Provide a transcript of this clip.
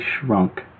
shrunk